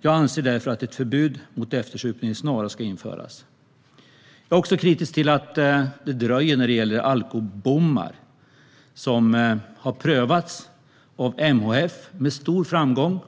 Jag anser därför att ett förbud mot eftersupning snarast ska införas. Jag är också kritisk till att det dröjer när det gäller alkobommar, som har prövats av MHF med stor framgång.